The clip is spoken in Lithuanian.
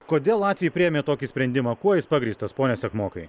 kodėl latviai priėmė tokį sprendimą kuo jis pagrįstas pone sekmokai